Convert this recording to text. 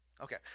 Okay